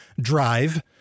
drive